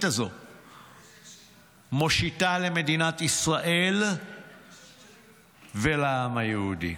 הזו מושיטה למדינת ישראל ולעם היהודי.